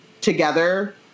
together